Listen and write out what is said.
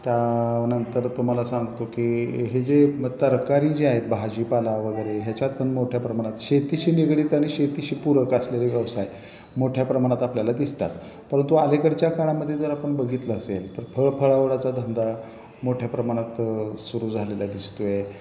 त्यानंतर तुम्हाला सांगतो की हे जे तरकारी जे आहेत भाजीपाला वगैरे ह्याच्यात पण मोठ्या प्रमाणात शेतीशी निगडीत आणि शेतीशी पूरक असलेले व्यवसाय मोठ्या प्रमाणात आपल्याला दिसतात परंतु अलिकडच्या काळामध्ये जर आपण बघितलं असेल तर फळफळाचा धंदा मोठ्या प्रमाणात सुरू झालेला दिसत आहे